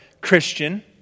Christian